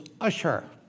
Usher